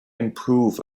improve